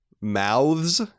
mouths